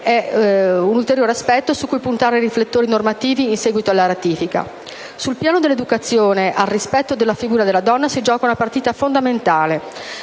È un ulteriore aspetto su cui puntare i riflettori normativi in seguito alla ratifica. Sul piano dell'educazione al rispetto della figura della donna si gioca una partita fondamentale.